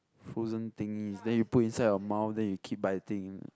frozen thing is then you put inside your mouth then you keep biting